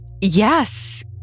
Yes